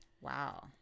Wow